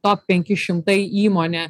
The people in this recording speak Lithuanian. top penki šimtai įmonė